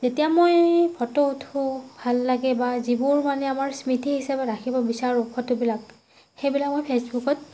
যেতিয়া মই ফটো উঠোঁ ভাল লাগে বা যিবোৰ মানে আমাৰ স্মৃতি হিচাপে ৰাখিব বিচাৰোঁ ফটোবিলাক সেইবিলাক মই ফেচবুকত